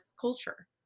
culture